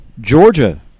Georgia